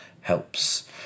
helps